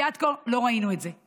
כי עד כה לא ראינו את זה.